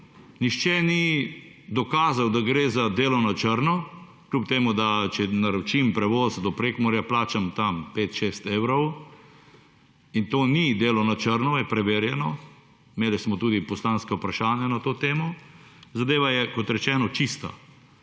nihče ni dokazal, da gre za delo na črno, kljub temu, če naročim prevoz do Prekmurja plačam tam 5, 6 evrov in to ni delo na črno, je preverjeno, imeli smo tudi poslanska vprašanja na to temo. Zadeva je kot rečeno čista.